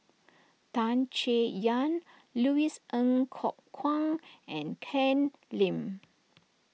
Tan Chay Yan Louis Ng Kok Kwang and Ken Lim